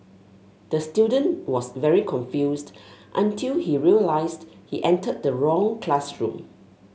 the student was very confused until he realised he entered the wrong classroom